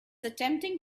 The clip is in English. attempting